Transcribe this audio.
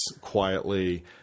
quietly